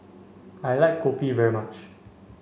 I like Kopi very much